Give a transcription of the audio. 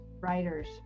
writers